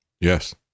Yes